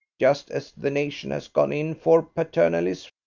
just as the nation has gone in for paternalism,